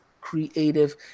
creative